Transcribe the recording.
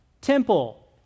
temple